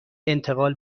انتقال